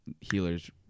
healers